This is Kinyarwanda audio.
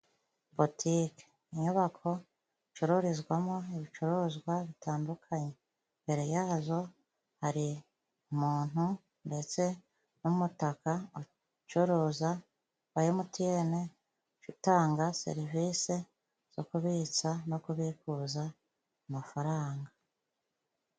Botike inyubako icururizwamo ibicuruzwa bitandukanye, imbere yazo hari umuntu ndetse n'umutaka ucuruza wa emutiyene utanga serivisi zo kubitsa no kubikuza amafaranga.